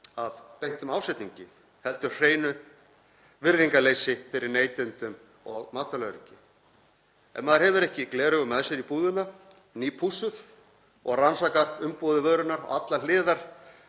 af beittum ásetningi heldur hreinu virðingarleysi fyrir neytendum og matvælaöryggi. Ef maður hefur ekki gleraugun með sér í búðina, nýpússuð, og rannsakar umbúðir vörunnar, allar hliðar,